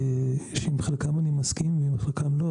שעם חלקם אני מסכים ועם חלקם לא,